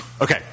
Okay